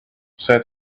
said